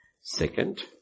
Second